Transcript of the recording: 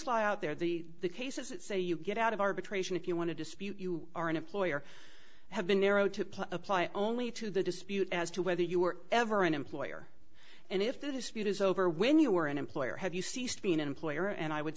law out there the cases that say you get out of arbitration if you want to dispute you are an employer have been narrowed to apply only to the dispute as to whether you were ever an employer and if the dispute is over when you were an employer have you ceased being an employer and i would